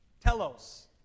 telos